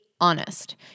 honest